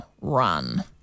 run